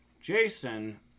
Jason